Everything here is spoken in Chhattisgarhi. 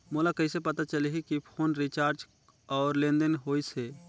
मोला कइसे पता चलही की फोन रिचार्ज और लेनदेन होइस हे?